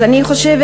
אז אני חושבת,